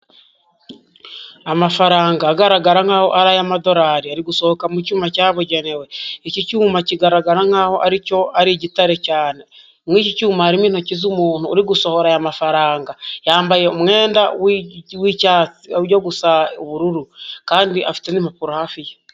Amafaranga agaragara nkaho ari ay'amadolari. Ari gusohoka mu cyuma cyabugenewe. Iki cyuma kigaragara nkaho aricyo ari igitare cyane. Muri iki cyuma harimo intoki z'umuntu uri gusohora aya mafaranga. Yambaye umwenda w'icyatsi, ujya gusa ubururu. Kandi afite n'impapuro hafi ye.